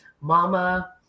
mama